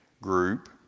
group